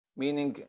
meaning